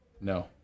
No